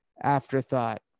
afterthought